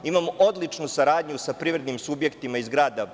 Imamo odličnu saradnju sa privrednim subjektima iz tog grada.